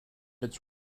its